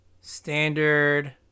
standard